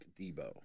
Debo